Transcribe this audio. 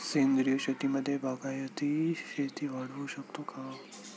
सेंद्रिय शेतीमध्ये बागायती शेती वाढवू शकतो का?